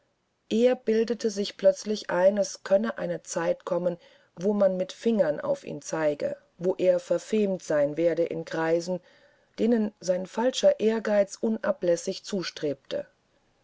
er bildete sich plötzlich ein es könne eine zeit kommen wo man mit fingern auf ihn zeige wo er verfemt sein werde in kreisen denen sein falscher ehrgeiz unablässig zustrebte